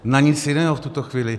Na nic jiného v tuto chvíli.